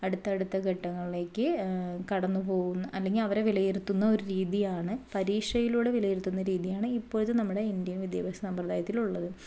അടുത്തടുത്ത ഘട്ടങ്ങളിലേക്ക് കടന്നുപോവുന്ന അല്ലെങ്കിൽ അവരെ വിലയിരുത്തുന്ന ഒരു രീതിയാണ് പരീക്ഷയിലൂടെ വിലയിരുത്തുന്ന രീതിയാണ് ഇപ്പോഴും നമ്മുടെ ഇന്ത്യൻ വിദ്യാഭ്യാസ സംമ്പ്രദായത്തിലുള്ളത്